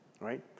Right